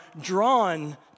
drawn